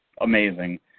Amazing